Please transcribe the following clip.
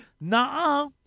Nah